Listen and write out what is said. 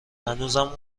هنوزم